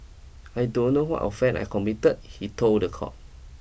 I don't know what offend I committed he told the court